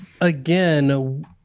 again